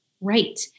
right